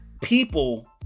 People